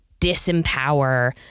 disempower